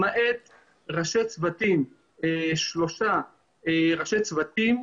למעט שלושה ראשי צוותים,